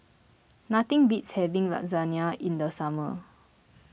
nothing beats having Lasagne in the summer